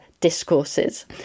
discourses